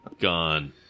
Gone